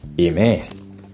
Amen